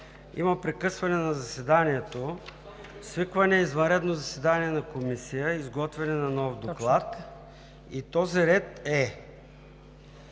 има прекъсване на заседанието, свикване на извънредно заседание на Комисия, изготвяне на нов доклад. И този ред е: